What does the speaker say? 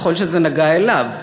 ככל שזה נגע אליו